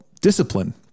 discipline